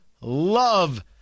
love